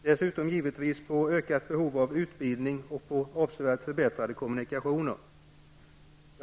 Dessutom pekar vi givetvis på ett ökat behov av utbildning och på avsevärt förbättrade kommunikationer.